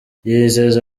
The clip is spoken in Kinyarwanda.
yizeza